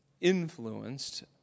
influenced